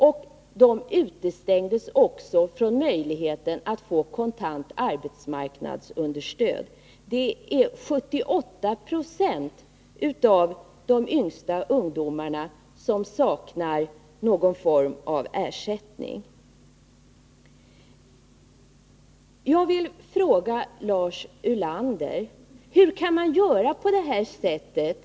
Dessa ungdomar utestängdes också från möjligheten att få kontant arbetsmarknadsunderstöd. 78 Je av de yngsta ungdomarna saknar någon form av ersättning. Jag vill fråga Lars Ulander: Hur kan man göra på det här sättet?